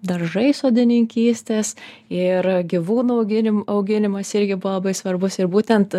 daržai sodininkystės ir gyvūnų auginim auginimas irgi buvo labai svarbus ir būtent